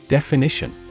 Definition